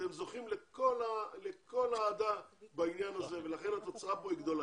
אתם זוכים לכל האהדה בעניין הזה ולכן התוצאה פה היא גדולה.